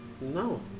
No